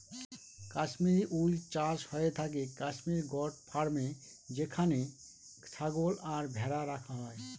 Kashmiri wool চাষ হয়ে থাকে কাশ্মির গোট ফার্মে যেখানে ছাগল আর ভেড়া রাখা হয়